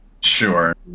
Sure